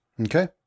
Okay